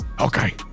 Okay